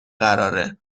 قراره